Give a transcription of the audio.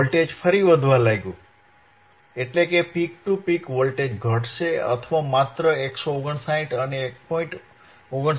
voltage ફરી વધવા લાગ્યું એટલે કે પીક ટુ પીક વોલ્ટેજ ઘટશે અથવા માત્ર 159 અને 1